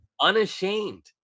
unashamed